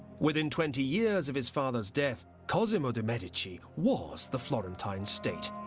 within twenty years of his father's death, cosimo de' medici was the florentine state.